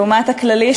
לעומת הכללי,